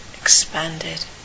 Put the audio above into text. expanded